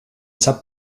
sap